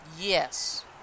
Yes